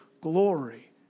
glory